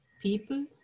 People